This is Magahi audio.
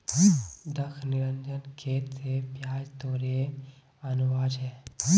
दख निरंजन खेत स प्याज तोड़े आनवा छै